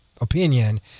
opinion